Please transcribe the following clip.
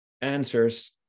answers